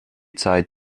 zeit